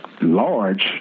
large